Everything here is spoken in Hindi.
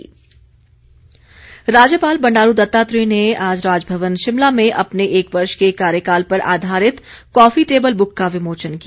राज्यपाल राज्यपाल बंडारू दत्तात्रेय ने आज राजभवन शिमला में अपने एक वर्ष के कार्यकाल पर आधारित कॉफी टेबल ब्रुक का विमोचन किया